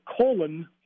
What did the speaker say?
colon